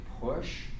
push